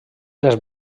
les